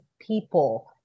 people